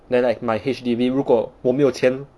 then like my H_D_B 如果我没有钱